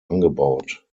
angebaut